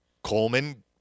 Coleman